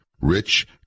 Rich